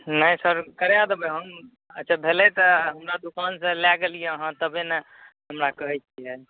नहि सर कराए देबै हम अच्छा भेलै तऽ हमरा दुकानसँ लै गेलियै अहाँ तबे ने हमरा कहैत छियै